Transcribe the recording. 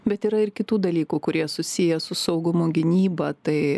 bet yra ir kitų dalykų kurie susiję su saugumu gynyba tai